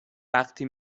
وقتی